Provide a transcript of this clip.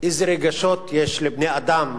איזה רגשות יש לבני-אדם